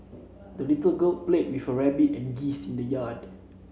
the little girl played with her rabbit and geese in the yard